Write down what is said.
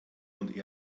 und